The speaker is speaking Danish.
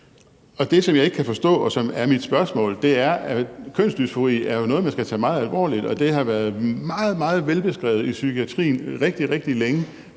Det, som jeg ikke kan forstå, og som er mit spørgsmål, er: Kønsdysfori er jo noget, man skal tage meget alvorligt, og det har været meget, meget velbeskrevet i psykiatrien rigtig, rigtig længe,